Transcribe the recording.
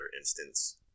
instance